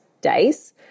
days